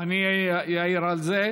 אל חכים חאג' יחיא לסעיף 1